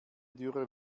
dürre